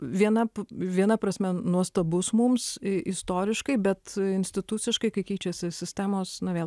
viena viena prasme nuostabus mums istoriškai bet instituciškai kai keičiasi sistemos nu vėl